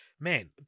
Man